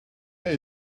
hey